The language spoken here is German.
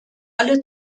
alle